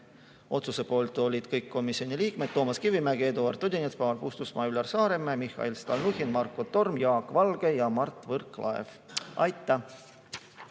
otsuse poolt olid kõik komisjoni liikmed: Toomas Kivimägi, Eduard Odinets, Paul Puustusmaa, Üllar Saaremäe, Mihhail Stalnuhhin, Marko Torm, Jaak Valge ja Mart Võrklaev. Aitäh!